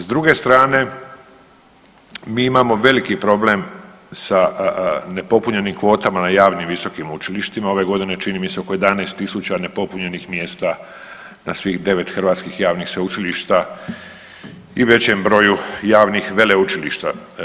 S druge strane mi imamo veliki problem sa nepopunjenim kvotama na javnim visokim učilištima, ove godine čini mi se oko 11.000 nepopunjenih mjesta na svih 9 hrvatskih javnih sveučilišta i većem broju javnih veleučilišta.